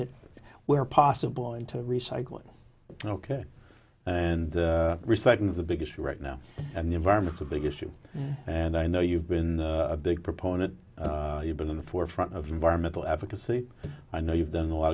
it where possible into recycling ok and restarting is the biggest right now and the environment's a big issue and i know you've been a big proponent you've been in the forefront of environmental advocacy i know you've done a lot